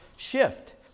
shift